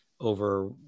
over